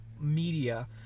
media